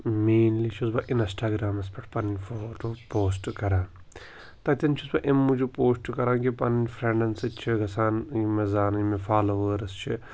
mainly چھُس بہٕ اِنٛسٹاگرٛامَس پٮ۪ٹھ پَنٕنۍ فوٹو پوسٹ کَران تَتٮ۪ن چھُس بہٕ اَیٚمہِ موٗجوٗب پوسٹ کَران کہِ پَنٕنۍ فرٛٮ۪نٛڈَن سۭتۍ چھِ گژھان یِم مےٚ زانن یِم فالوٲرٕس چھِ